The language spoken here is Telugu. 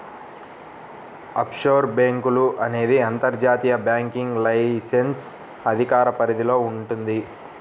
ఆఫ్షోర్ బ్యేంకులు అనేది అంతర్జాతీయ బ్యాంకింగ్ లైసెన్స్ అధికార పరిధిలో వుంటది